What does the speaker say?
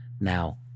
Now